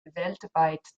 weltweit